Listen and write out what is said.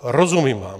Rozumím vám.